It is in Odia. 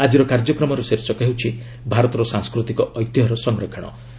ଆଜିର କାର୍ଯ୍ୟକ୍ମର ଶୀର୍ଷକ ହେଉଛି 'ଭାରତର ସାଂସ୍କୃତିକ ଐତିହ୍ୟର ସଂରକ୍ଷଣ'